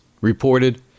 reported